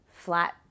flat